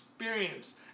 experience